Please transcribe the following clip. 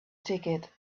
ticket